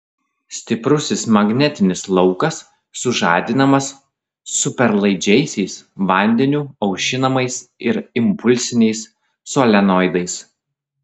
stiprusis magnetinis laukas sužadinamas superlaidžiaisiais vandeniu aušinamais ir impulsiniais solenoidais